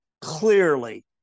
clearly